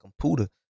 computer